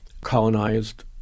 colonized